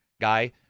guy